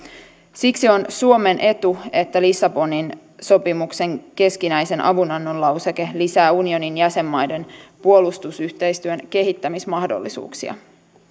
siksi on suomen etu että lissabonin sopimuksen keskinäisen avunannon lauseke lisää unionin jäsenmaiden puolustusyhteistyön kehittämismahdollisuuksia